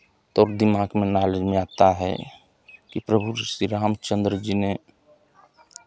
तब दिमाग में ना लेने आता है कि प्रभु श्री राम चंद्र जी ने